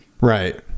right